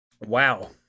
Wow